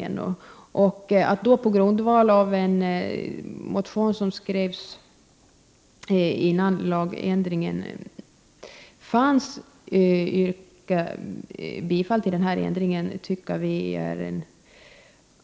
Att yrka bifall till en ändring på grundval av en motion som skrevs innan lagändringen kommit till stånd tycker majoriteten i utskottet är